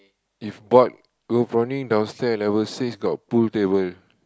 if bored go prawning downstair level six got pool table